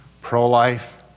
pro-life